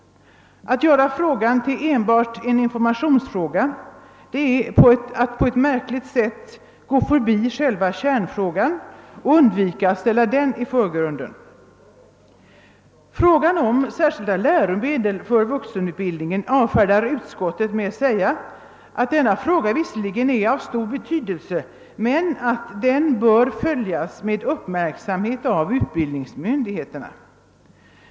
Att göra frågan till enbart en informationsfråga är att på ett märkligt sätt gå förbi kärnfrågan och undvika att ställa denna i förgrunden. Frågan om särskilda läromedel för vuxenutbildningen avfärdar utskottet med att säga att denna fråga visserligen är av stor betydelse men att frågan bör följas med uppmärksamhet av utbildningsmyndigheterna.